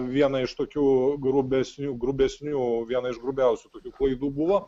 viena iš tokių grubesnių grubesnių viena iš grubiausių tokių klaidų buvo